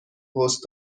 پست